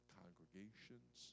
congregations